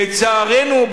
לצערנו,